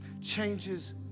Changes